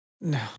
No